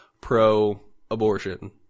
Pro-abortion